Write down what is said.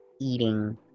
eating